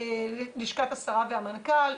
לשכת השרה והמנכ"ל,